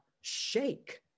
shake